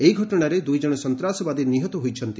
ଏହି ଘଟଣାରେ ଦ୍ରଇ ଜଣ ସନ୍ତ୍ରାସବାଦୀ ନିହତ ହୋଇଛନ୍ତି